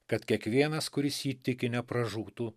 kad kiekvienas kuris jį tiki nepražūtų